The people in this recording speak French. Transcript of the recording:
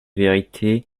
vérité